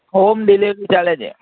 home delivery ચાલે છે